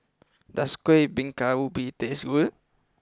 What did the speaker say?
does Kueh Bingka Ubi taste good